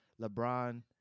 LeBron